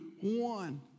one